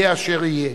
יהיה אשר יהיה.